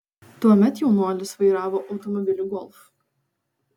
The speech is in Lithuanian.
tuomet jaunuolis vairavo automobilį golf